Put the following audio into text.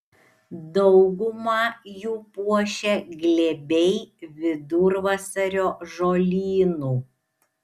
daugumą jų puošia glėbiai vidurvasario žolynų